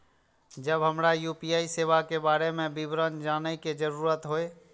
जब हमरा यू.पी.आई सेवा के बारे में विवरण जानय के जरुरत होय?